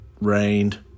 rained